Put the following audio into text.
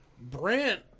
Brent